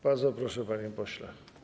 Bardzo proszę, panie pośle.